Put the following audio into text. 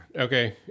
Okay